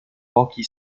pochi